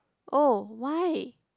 oh why